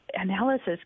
analysis